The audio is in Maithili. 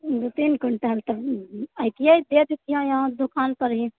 दू तीन क्विंटल तऽ अइतिए भेज देतिए अहाँकेँ दुकान पर ही